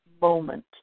moment